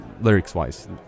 Lyrics-wise